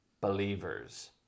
believers